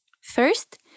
First